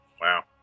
Wow